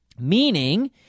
Meaning